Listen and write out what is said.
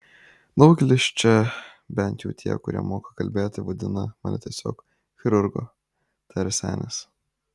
daugelis čia bent jau tie kurie moka kalbėti vadina mane tiesiog chirurgu tarė senis